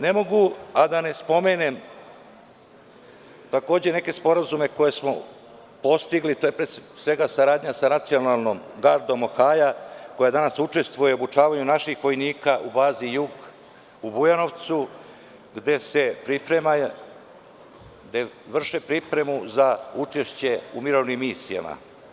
Ne mogu a da ne spomenem neke sporazume koje smo postigli, pre svega, saradnja sa Nacionalnom gardom Ohaja, koja danas učestvuje u obučavanju naših vojnika u bazi Jug u Bujanovcu, gde se vrše pripreme za učešće u mirovnim misijama.